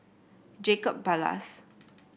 Jacob Ballas